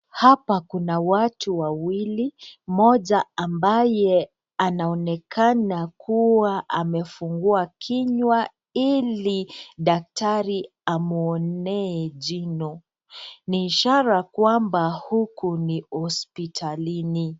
Hapa kuna watu wawili, mmoja ambaye anaonekana kuwa amefungua kinywa ili daktari amwonee jino. Ni ishara kwamba huku ni hospitalini.